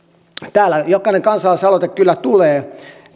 täällä jokainen kansalaisaloite kyllä tulee